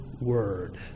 word